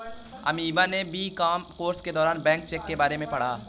अमीषा ने BCom course के दौरान बैंक चेक के बारे में पढ़ा